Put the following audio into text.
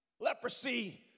Leprosy